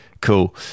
cool